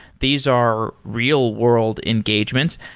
these are real-world engagements.